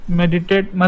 meditate